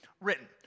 written